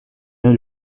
rien